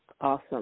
Awesome